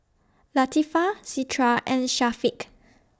Latifa Citra and Syafiq